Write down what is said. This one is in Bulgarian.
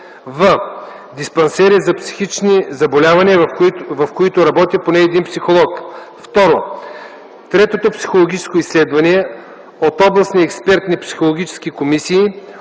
в) диспансери за психични заболявания, в които работи поне един психолог; 2. третото психологическо изследване – от областни експертни психологически комисии,